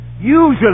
Usually